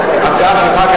בבקשה, חבר הכנסת זאב בילסקי.